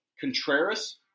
Contreras